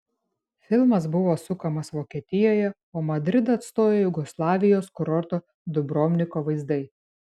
filmas buvo sukamas vokietijoje o madridą atstojo jugoslavijos kurorto dubrovniko vaizdai